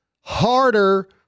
harder